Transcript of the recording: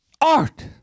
Art